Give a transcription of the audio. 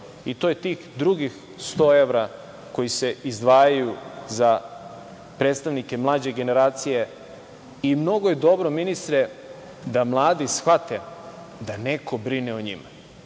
To je tih drugih 100 evra koji se izdvajaju za predstavnike mlađe generacije i mnogo je dobro, ministre, da mladi shvate da neko brine o njima,